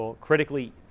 critically